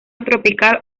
tropical